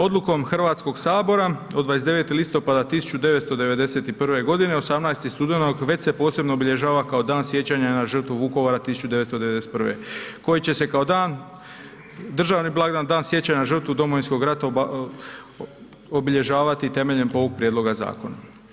Odlukom HS-a od 29. listopada 1991. g., 18. studenog već se posebno obilježava kao Dan sjećanja na žrtvu Vukovara 1991. koji će se kao dan, državni blagdan, Dan sjećanja na žrtvu Domovinskog rata obilježavati temeljem ovog prijedloga zakona.